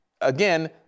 again